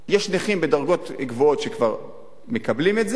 יש נכים בדרגות גבוהות שכבר מקבלים את זה,